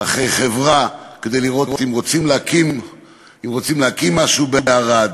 אחרי חברה כדי לראות אם רוצים להקים משהו בערד.